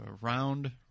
Round